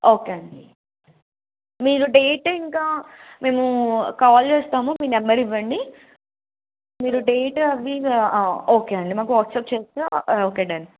okay అండి మీరు date ఇంకా మేము కాల్ చేస్తాము మీ నెంబర్ ఇవ్వండి మీరు డేట్ అవి ఓకే అండి మాకు వాట్సాప్ చేస్తే ఓకే డన్